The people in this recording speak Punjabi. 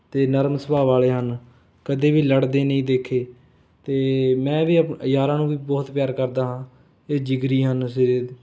ਅਤੇ ਨਰਮ ਸੁਭਾਅ ਵਾਲੇ ਹਨ ਕਦੇ ਵੀ ਲੜਦੇ ਨਹੀਂ ਦੇਖੇ ਅਤੇ ਮੈਂ ਵੀ ਆਪ ਯਾਰਾਂ ਨੂੰ ਵੀ ਬਹੁਤ ਪਿਆਰ ਕਰਦਾ ਹਾਂ ਇਹ ਜਿਗਰੀ ਹਨ ਸਿਰੇ ਦੇ